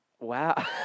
Wow